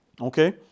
okay